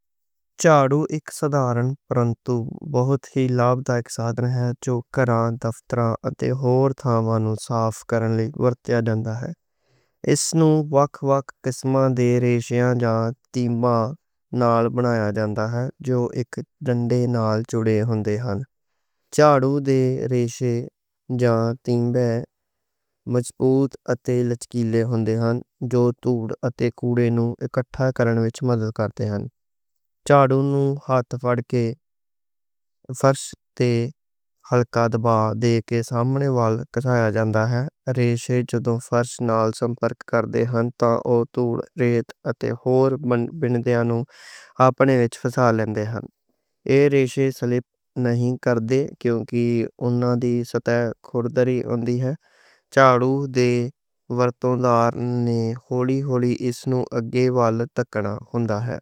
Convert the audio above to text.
جارو اک سادھرن پرنتو بہت ہی لابھدائک اک سادھرن ہے۔ جو گھراں دفتران اتے ہور تھاواں نوں صاف کرنے لئی ورتیا۔ جاندا ہے اس نوں وکھ وکھ قسمان دے ریشے جاں تیمان نال۔ بنایا جاندا ہے جو اک جھنڈے نال جڑے ہوندے ہن جارو دے۔ ریشے جاں تیمان مضبوط اتے لچکیلے ہوندے ہن جو توڑ اتے۔ کوڑے نوں اکٹھا کرنے وچ مدد کردے ہن جارو نوں ہتھ۔ فڑ کے فرش تے ہلکا دباؤ دے کے سامنے نال کسیا۔ جاندا ہے جارو دے ورتوں کار نے ہولی ہولی اس نوں اگے۔ ول ٹکنا ہوندا ہے۔